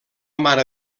mare